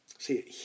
See